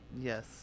Yes